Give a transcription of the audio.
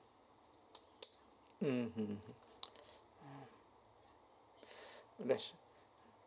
mmhmm hmm yes